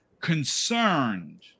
concerned